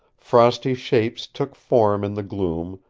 frosty shapes took form in the gloom,